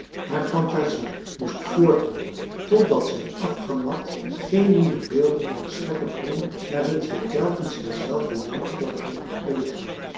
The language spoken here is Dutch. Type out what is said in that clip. novellen moest voorthollen totdat zij afgemat geen nieuwe beelden meer scheppen kon waarin zij telkens dezelfde jammerklachten belichaamde